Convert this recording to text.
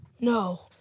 No